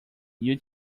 you